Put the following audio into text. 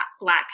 black